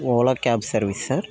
ola cab service sir